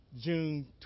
June